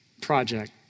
project